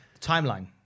timeline